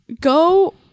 Go